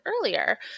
earlier